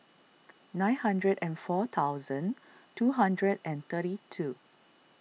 nine hundred and four thousand two hundred and thirty two